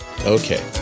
Okay